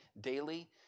daily